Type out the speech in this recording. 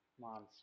monster